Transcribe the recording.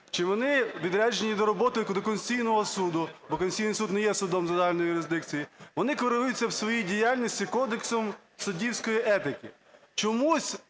чи вони відряджені до роботи до Конституційного Суду, бо Конституційний Суд не є судом загальної юрисдикції, вони керуються у своїй діяльності Кодексом суддівської етики. Чомусь